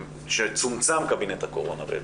שצומצם קבינט הקורונה בעצם.